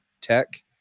tech